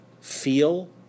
feel